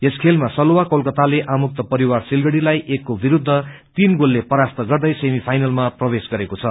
यस खेलमा सलुवा कोलकताले आमुक्त परिवार सिलगढ़ीलाई एकको विरूद्ध तीन गोलले परास्त गर्दै सेमी फाइनलमा प्रवेश गरेको छ